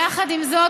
יחד עם זאת,